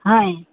হয়